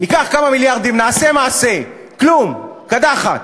ניקח כמה מיליארדים נעשה מעשה, כלום, קדחת.